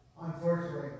Unfortunately